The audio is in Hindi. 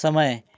समय